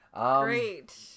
Great